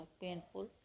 painful